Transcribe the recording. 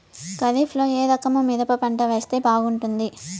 ఖరీఫ్ లో ఏ రకము మిరప పంట వేస్తే బాగుంటుంది